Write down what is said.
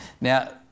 Now